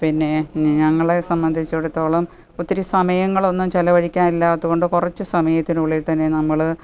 പിന്നെ ഞങ്ങളെ സംബന്ധിച്ചിടത്തോളം ഒത്തിരി സമയങ്ങളൊന്നും ചെലവഴിക്കാനില്ലാത്തതുകൊണ്ട് കുറച്ച് സമയത്തിനുള്ളിൽ തന്നെ നമ്മൾ